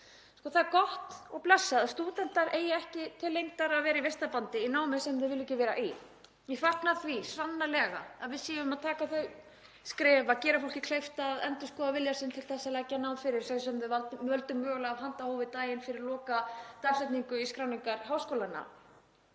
Það er gott og blessað að stúdentar eigi ekki til lengdar að vera í vistarbandi í námi sem þeir vilja ekki vera í. Ég fagna því sannarlega að við séum að taka þau skref að gera fólki kleift að endurskoða vilja sinn til að leggja nám fyrir sig sem það valdi mögulega af handahófi daginn fyrir lokadagsetningu í skráningar háskólanna